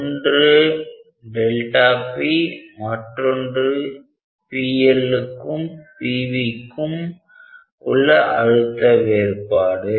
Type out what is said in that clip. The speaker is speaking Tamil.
ஒன்று p மற்றொன்று pLக்கும் pVக்கும் உள்ள அழுத்த வேறுபாடு